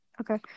Okay